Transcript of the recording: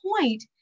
point